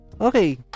Okay